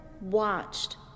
watched